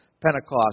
Pentecost